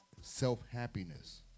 self-happiness